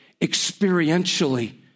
experientially